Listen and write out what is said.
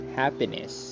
happiness